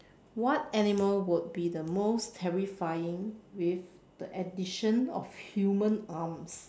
what animal would be the most terrifying with the addition of human arms